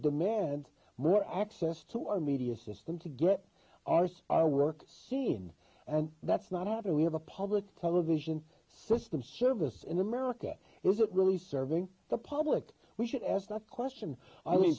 demand more access to our media system to get arse our work seen and that's not after we have a public television system service in america is it really serving the public we should ask that question i mean